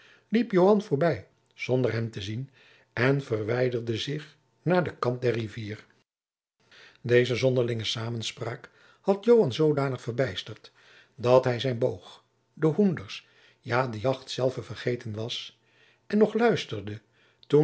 liep joan voorbij zonder hem te zien en verwijderde zich naar den kant der rivier deze zonderlinge samenspraak had joan zoodanig verbijsterd dat hij zijn boog de hoenders ja de jacht zelve vergeten was en nog luisterde